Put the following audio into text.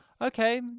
okay